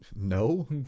no